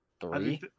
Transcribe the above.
Three